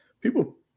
People